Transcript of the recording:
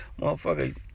motherfucker